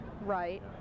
right